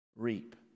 reap